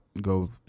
Go